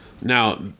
Now